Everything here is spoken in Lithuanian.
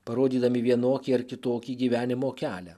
parodydami vienokį ar kitokį gyvenimo kelią